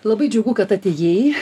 labai džiugu kad atėjai